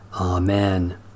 Amen